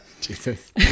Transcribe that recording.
jesus